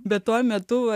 bet tuo metu